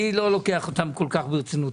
אני לא לוקח אותם כל כך ברצינות.